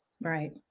Right